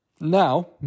Now